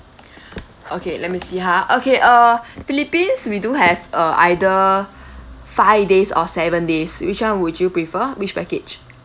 okay let me see ha okay uh philippines we do have uh either five days or seven days which one would you prefer which package